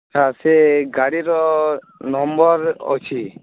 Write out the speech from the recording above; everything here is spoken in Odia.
ସାର୍ ସେ ଗାଡ଼ିର ନମ୍ବର୍ ଅଛି